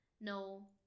no